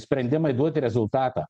sprendimai duoti rezultatą